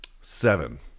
Seven